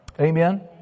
Amen